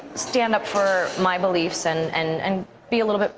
stand up for my beliefs and and and be a little bit